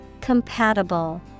Compatible